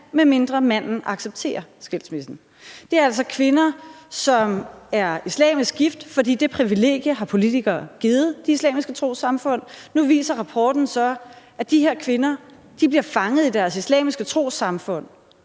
medmindre manden accepterer skilsmissen. Det er altså kvinder, som er islamisk gift, for det privilegie har politikere givet de islamiske trossamfund, og nu viser rapporten så, at de her kvinder bliver fanget i deres islamiske trossamfund,